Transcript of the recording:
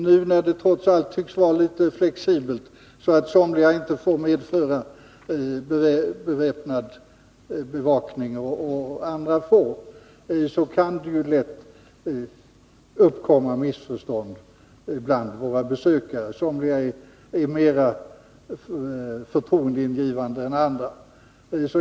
Nu när det trots allt tycks vara litet flexibelt, så att somliga inte får medföra beväpnad bevakning och andra får, kan det ju lätt uppkomma missförstånd bland våra besökare. De kan få intrycket att somliga inger mera förtroende än andra.